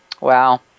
Wow